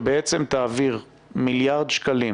שבעצם תעביר מיליארד שקלים